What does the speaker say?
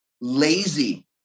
lazy